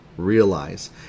realize